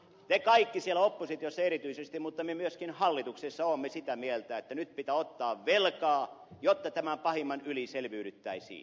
me kaikki te siellä oppositiossa erityisesti mutta myöskin me hallituksessa olemme sitä mieltä että nyt pitää ottaa velkaa jotta tämän pahimman yli selviydyttäisiin